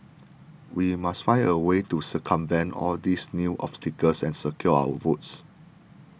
we must find a way to circumvent all these new obstacles and secure our votes